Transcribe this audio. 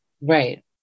Right